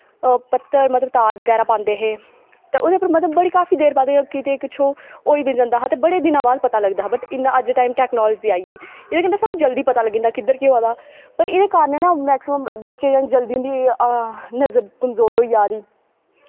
पत्तर मतलव तार बगैरा पांदे हे ते ओह्दे उप्पर मतलव बड़ी काफी देर बाद ते किश ओह् होई बी जंदा हा ते बड़े दिनां बाद पता लगदा हा बट इयां अज्ज दे टैप च टैकनॉलजी आई गेई एह्दे कन्नै साह्नू जल्दी पता लग्गी जंदा किध्दर केह् होआ दा पर एह्दे कारन ना मैकसिमम बच्चे जल्दी उंदी नज़र कमजोर होई जा दी